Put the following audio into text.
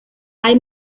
hay